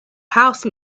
house